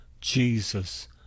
Jesus